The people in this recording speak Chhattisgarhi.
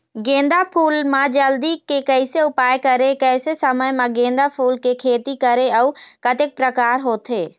गेंदा फूल मा जल्दी के कैसे उपाय करें कैसे समय मा गेंदा फूल के खेती करें अउ कतेक प्रकार होथे?